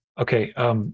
Okay